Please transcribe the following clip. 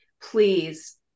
please